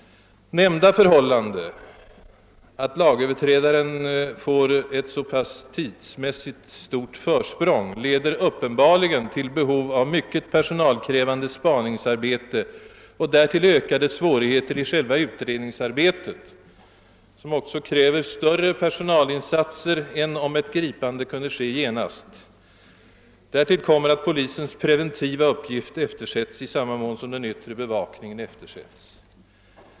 Nämnda förhållande, alltså att lagöverträdare får ett tidsmässigt stort försprång, leder uppenbarligen till behov av mycket personalkrävande spaningsarbete och även till ökade svårigheter i själva utredningsarbetet, som också kräver större personalinsatser än om ett gripande kunde ske genast. Härtill kommer att polisens preventiva uppgifter eftersättes i samma mån som den yttre bevakningen eftersättes.